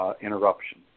interruption